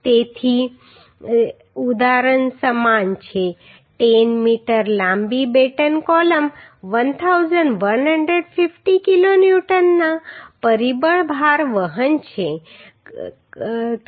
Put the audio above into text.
તેથી ઉદાહરણ સમાન છે 10 મીટર લાંબી બેટન કોલમ 1150 કિલો ન્યૂટનનો પરિબળ ભાર વહન કરે છે